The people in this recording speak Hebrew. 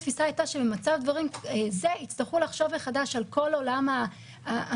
התפיסה הייתה שבמצב דברים זה יצטרכו לחשוב מחדש על כל עולם המושגים,